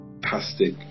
fantastic